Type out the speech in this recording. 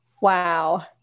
wow